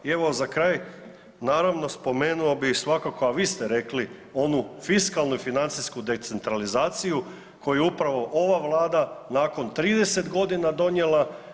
I evo za kraj, naravno spomenuo bih svakako, a vi ste rekli onu fiskalnu i financijsku decentralizaciju koju upravo ova Vlada nakon 30 godina donijela.